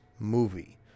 movie